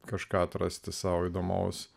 kažką atrasti sau įdomaus